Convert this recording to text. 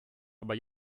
aber